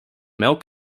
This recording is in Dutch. melk